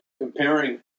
comparing